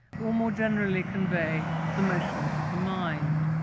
or more generally convey the motions of the mind,